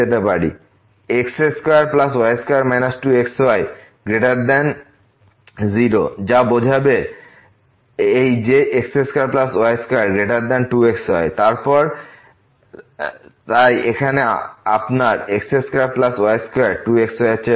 x2y2 2xy 0 যা বোঝাবে যে এই x2y2 2xy এবং তারপর তাই এখানে আপনার x2y2 2xy এরচেয়ে বড়